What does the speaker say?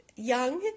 young